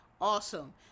awesome